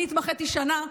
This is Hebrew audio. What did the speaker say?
אני התמחיתי שנה,